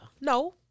no